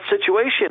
situation